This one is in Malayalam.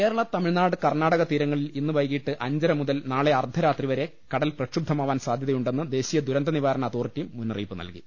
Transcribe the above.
കേരള തമിഴ്നാട് കർണാടക തീരങ്ങളിൽ ഇന്ന് വൈകീട്ട് അഞ്ചര മുതൽ നാളെ അർദ്ധ രാത്രി വരെ കടൽ പ്രക്ഷുബ്ധമാ വാൻ സാധ്യതയുണ്ടെന്ന് ദേശീയ ദുരന്ത നിവാരണ അതോറിറ്റി മുന്നറിയിപ്പ് നൽകി